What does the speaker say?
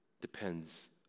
depends